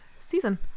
season